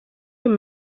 your